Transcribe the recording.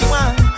one